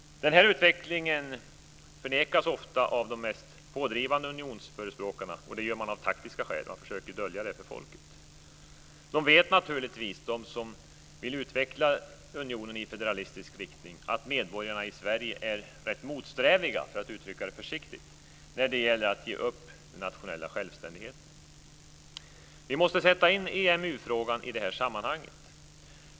Den här utvecklingen förnekas ofta av de mest pådrivande unionsförespråkarna. Det gör man av taktiska skäl. Man försöker dölja det för folket. De som vill utveckla unionen i federalistisk riktning vet naturligtvis att medborgarna i Sverige är rätt motsträviga, för att uttrycka det försiktigt, när det gäller att ge upp den nationella självständigheten. Vi måste sätta in EMU-frågan i det här sammanhanget.